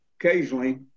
occasionally